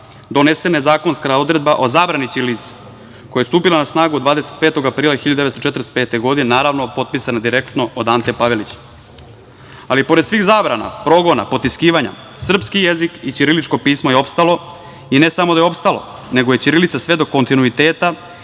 donesena je zakonska odredba o zabrani ćirilice, koja je stupila na snagu 25. aprila 1945. godine, naravno, potpisana direktno od Ante Pavelića. Ali, i pored svih zabrana, progona, potiskivanja, srpski jezik i ćiriličko pismo je opstalo i ne samo da je opstalo, nego je ćirilica svedok kontinuiteta